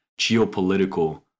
geopolitical